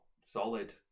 solid